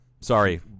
sorry